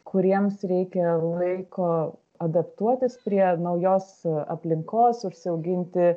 kuriems reikia laiko adaptuotis prie naujos aplinkos užsiauginti